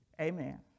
Amen